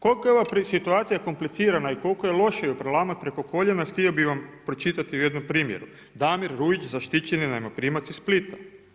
Koliko je ova situacija komplicirana i koliko ju je loše prelamat preko koljena htio bih vam pročitati u jednom primjeru, Damir Rujić zaštićeni najmoprimac iz Splita.